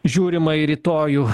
žiūrima į rytojų